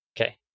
Okay